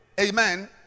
Amen